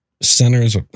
centers